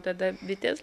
tada bites